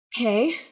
Okay